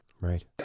Right